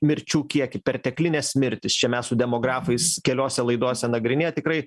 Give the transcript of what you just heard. mirčių kiekį perteklines mirtis čia mes su demografais keliose laidose nagrinėję tikrai